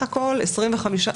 2022,